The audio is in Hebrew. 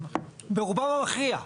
ברובן המכריע,